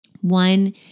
One